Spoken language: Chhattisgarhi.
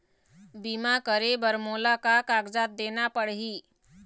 बीमा करे बर मोला का कागजात देना पड़ही?